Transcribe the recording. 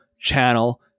channel